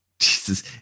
Jesus